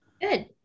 Good